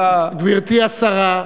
גברתי השרה,